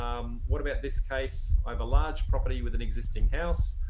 um what about this case? i have a large property with an existing house.